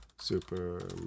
super